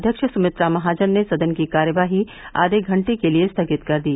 अध्यक्ष सुमित्रा महाजन ने सदन की कार्यवाही आघे घंटे के लिए स्थगित कर दी